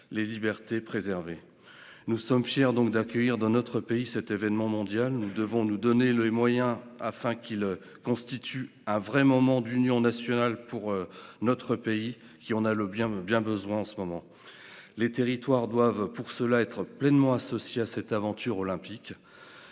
les libertés. Nous sommes fiers d'accueillir cet événement mondial. Nous devons nous donner les moyens d'en faire un vrai moment d'union nationale pour notre pays, qui en a bien besoin en ce moment. Les territoires doivent être pleinement associés à cette aventure olympique.